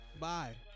Bye